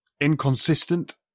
Inconsistent